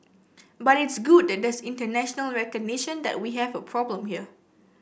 but it's good that there's international recognition that we have a problem here